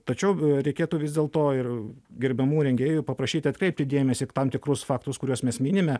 tačiau reikėtų vis dėlto ir gerbiamų rengėjų paprašyt atkreipti dėmesį į tam tikrus faktus kuriuos mes minime